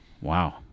Wow